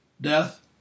death